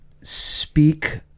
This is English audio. speak